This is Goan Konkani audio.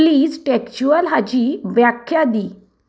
प्लीज टेक्स्चूअल हाची व्याख्या दी